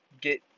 get